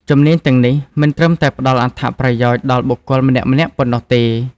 ជំនាញទាំងនេះមិនត្រឹមតែផ្តល់អត្ថប្រយោជន៍ដល់បុគ្គលម្នាក់ៗប៉ុណ្ណោះទេ។